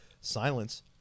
silence